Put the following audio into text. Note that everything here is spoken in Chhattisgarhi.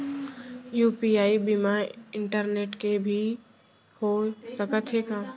यू.पी.आई बिना इंटरनेट के भी हो सकत हे का?